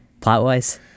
plot-wise